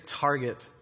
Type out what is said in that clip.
target